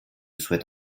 souhaite